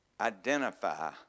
identify